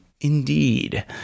Indeed